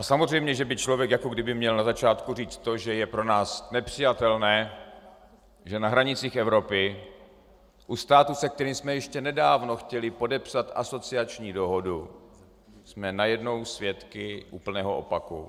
Samozřejmě že by člověk jako kdyby měl na začátku říct to, že je pro nás nepřijatelné, že na hranicích Evropy, u státu, se kterým jsme ještě nedávno chtěli podepsat asociační dohodu, jsme najednou svědky úplného opaku.